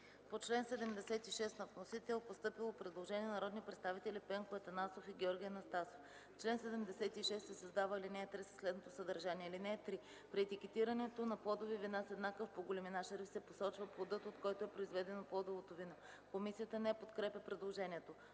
По чл. 76 на вносител е постъпило предложение от народните представители Пенко Атанасов и Георги Анастасов – в чл. 76 се създава ал. 3 със следното съдържание: „(3) При етикетирането на плодови вина с еднакъв по големина шрифт се посочва плодът, от който е произведено плодовото вино.” Комисията не подкрепя предложението.